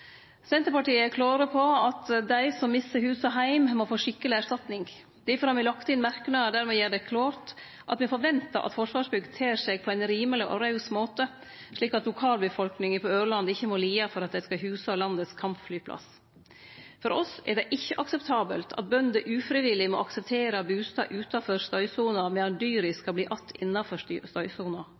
Senterpartiet er klåre på at dei som misser hus og heim, må få ei skikkeleg erstatning. Difor har me lagt inn merknader der me gjer det klart at me forventar at Forsvarsbygg ter seg på ein rimeleg og raus måte, slik at lokalbefolkninga på Ørland ikkje må lide for at dei skal huse landets kampflyplass. For oss er det ikkje akseptabelt at bønder ufrivillig må akseptere bustad utanfor støysona, medan dyra skal verte att innanfor støysona.